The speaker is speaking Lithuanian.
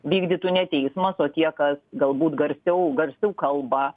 vykdytų ne teismas o tie kas galbūt garsiau garsiau kalba